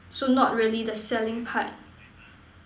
so not really the selling part